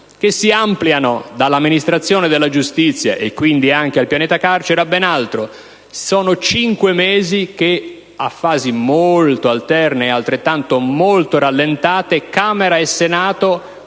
che si ampliano dall'amministrazione della giustizia, e quindi anche relativamente al pianeta carcere, a ben altro. Sono cinque mesi che, a fasi alterne e molto rallentate, Camera e Senato